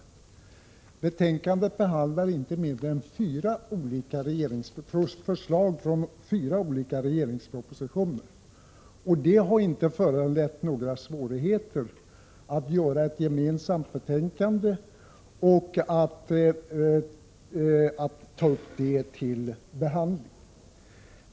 I betänkandet behandlas inte mindre än fyra olika regeringsförslag från fyra olika propositioner, och det har inte föranlett några svårigheter att behandla dem och göra ett gemensamt betänkande.